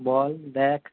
বল দ্যাখ